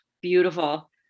beautiful